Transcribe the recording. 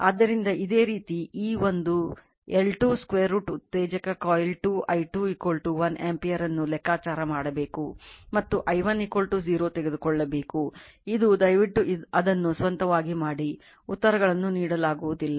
ಆದ್ದರಿಂದ ಇದೇ ರೀತಿ ಈ ಒಂದು L2 √ ಉತ್ತೇಜಕ coiL2 i2 1 ಆಂಪಿಯರ್ ಅನ್ನು ಲೆಕ್ಕಾಚಾರ ಮಾಡಬೇಕು ಮತ್ತು i1 0 ತೆಗೆದುಕೊಳ್ಳಬೇಕು ಇದು ದಯವಿಟ್ಟು ಅದನ್ನು ಸ್ವಂತವಾಗಿ ಮಾಡಿ ಉತ್ತರಗಳನ್ನು ನೀಡಲಾಗುವುದಿಲ್ಲ